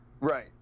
Right